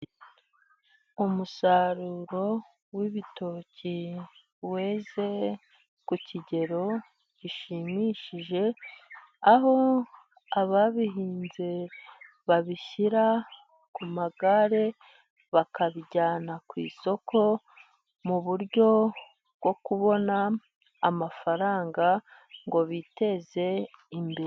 Umusaruro w'ibitoki weze ku kigero gishimishije, aho ababihinze babishyira ku magare bakabijyana ku isoko, mu buryo bwo kubona amafaranga ngo biteze imbere.